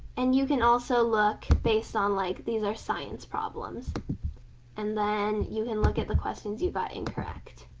and you can also look based on like these are science problems and then you can look at the questions you got incorrect.